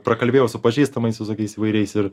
prakalbėjau su pažįstamais visokiais įvairiais ir